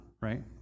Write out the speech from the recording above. right